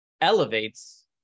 elevates